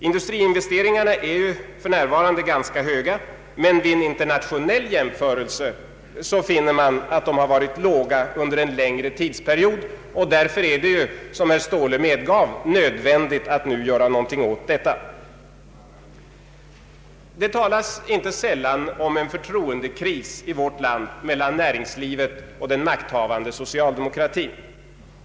Industriinvesteringarna är för närvarande ganska höga, men vid en internationell jämförelse finner man att de har varit låga under en längre tid, och därför är det, som herr Ståhle medgav, nödvändigt att nu göra någonting åt detta. Det talas inte sällan om en förtroendekris i vårt land mellan näringslivet och den makthavande socialdemokratin.